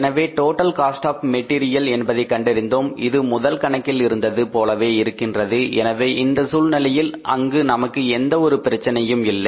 எனவே total cost of material என்பதை கண்டறிந்தோம் இது முதல் கணக்கில் இருந்தது போலவே இருக்கின்றது எனவே இந்த சூழ்நிலையில் அங்கு நமக்கு எந்த ஒரு பிரச்சனையும் இல்லை